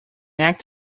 act